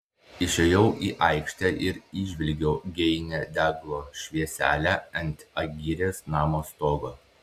išėjau į aikštę ir įžvelgiau geinią deglo švieselę ant agirės namo stogo